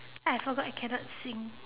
I forgot I cannot sing